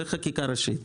זה חקיקה ראשית.